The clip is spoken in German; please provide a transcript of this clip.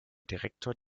direktor